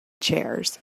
chairs